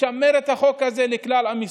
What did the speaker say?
לשמר את החג הזה לכלל עם ישראל.